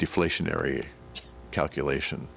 deflationary calculation